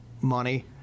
money